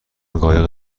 قایق